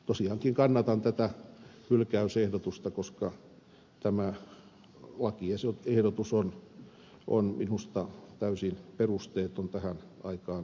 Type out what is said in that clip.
tosiaankin kannatan tätä hylkäysehdotusta koska tämä lakiehdotus on minusta täysin perusteeton tähän aikaan soveltumattomana